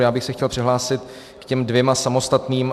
Já bych se chtěl přihlásit k těm dvěma samostatným.